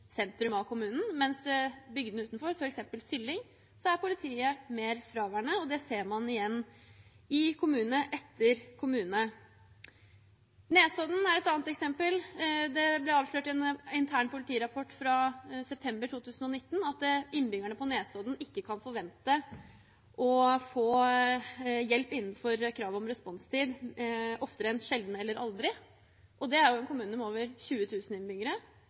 sentrum av kommunen, mens i bygdene utenfor, f.eks. i Sylling, er politiet mer fraværende. Det ser man igjen i kommune etter kommune. Nesodden er et annet eksempel. Det ble avslørt i en intern politirapport fra september 2019 at innbyggerne på Nesodden ikke kan forvente å få hjelp innenfor kravet om responstid oftere enn sjelden eller aldri. Det er en kommune med over 20 000 innbyggere.